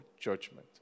judgment